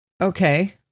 Okay